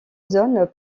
zones